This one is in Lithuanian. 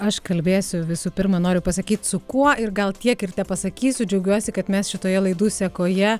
aš kalbėsiu visų pirma noriu pasakyt su kuo ir gal tiek ir tepasakysiu džiaugiuosi kad mes šitoje laidų sekoje